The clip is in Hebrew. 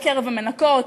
בקרב המנקות,